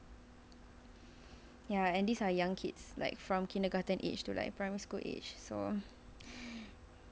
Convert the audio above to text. ya and these are young kids like from kindergarten age to like primary school age so